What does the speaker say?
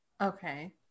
Okay